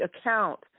account